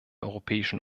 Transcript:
europäischen